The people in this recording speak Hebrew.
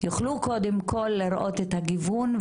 יוכלו קודם כל לראות את הגיוון,